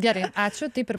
gerai ačiū taip ir